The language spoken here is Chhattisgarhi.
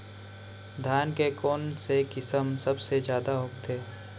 धान के कोन से किसम सबसे जलदी उगथे?